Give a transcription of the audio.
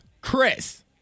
Chris